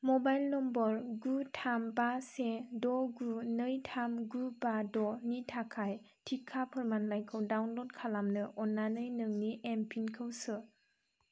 mobile number गु थाम बा से द' गु नै थाम गु बा द'नि थाखाय टिका फोरमानलाइखौ डाउनल'ड खालामनो अन्नानै नोंनि एमपिनखौ सो